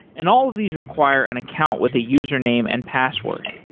and all of these require an account with a username and password.